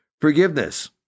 forgiveness